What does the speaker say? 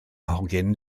hogyn